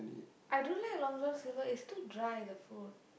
I don't like Long-John-Silver is too dry the food